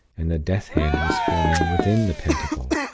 and the death-hand was forming within the pentacle.